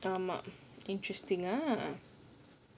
ஆமா:aamaa interesting ah